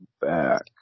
back